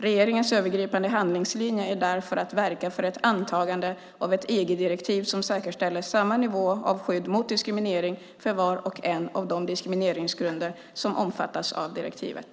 Regeringens övergripande handlingslinje är därför att verka för ett antagande av ett EG-direktiv som säkerställer samma nivå av skydd mot diskriminering för var och en av de diskrimineringsgrunder som omfattas av direktivet.